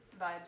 vibes